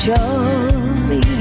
Jolie